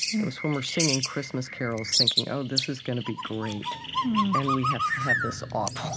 it was when we're singing christmas carols thinking, oh, this is going to be great and we have have this awful,